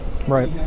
Right